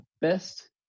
best